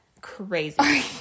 crazy